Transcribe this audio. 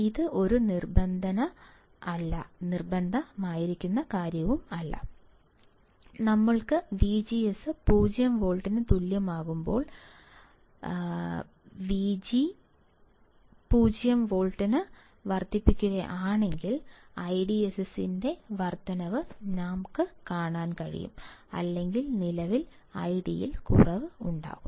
ഇത് ഒരു നിബന്ധനയായിരുന്നു ഞങ്ങൾക്ക് വിജിഎസ് 0 വോൾട്ടിന് തുല്യമാകുമ്പോൾ പക്ഷേ ഞാൻ വിജി എസ് 0 വോൾട്ട് വർദ്ധിപ്പിക്കുകയാണെങ്കിൽ ഐഡിഎസ്എസിന്റെ വർദ്ധനവ് ഞാൻ കാണും അല്ലെങ്കിൽ നിലവിലെ ഐഡിയിൽ കുറവ് ഉണ്ടാകും